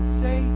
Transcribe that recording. say